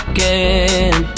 Again